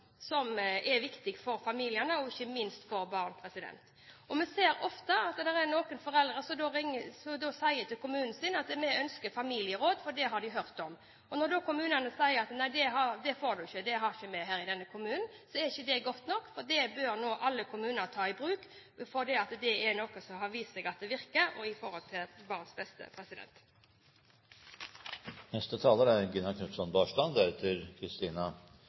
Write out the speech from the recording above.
er viktig for familiene, ikke minst for barna. Vi ser ofte at det er noen foreldre som sier til kommunen sin at de ønsker familieråd, for det har de hørt om. Når da kommunene sier: Nei, det får de ikke – det har ikke kommunen – er ikke det godt nok. Det bør nå alle kommuner ta i bruk, fordi det er noe som har vist seg å virke i forhold til barnets beste. Jeg noterer meg at det er